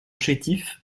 chétif